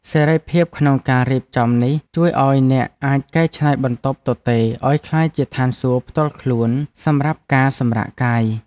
សេរីភាពក្នុងការរៀបចំនេះជួយឱ្យអ្នកអាចកែច្នៃបន្ទប់ទទេរឱ្យក្លាយជាឋានសួគ៌ផ្ទាល់ខ្លួនសម្រាប់ការសម្រាកកាយ។